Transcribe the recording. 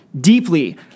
deeply